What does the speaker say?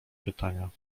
pytania